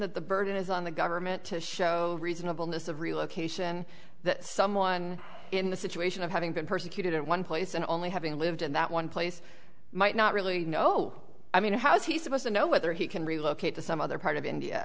that the burden is on the government to show reasonableness of relocation that someone in the situation of having been persecuted in one place and only having lived in that one place might not really know i mean how is he supposed to know whether he can relocate to some other part of india